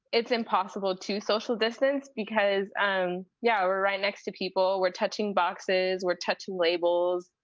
it's impossible to social distance because yeah, we're right next to people. we're touching boxes. we're touching labels.